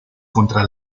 contra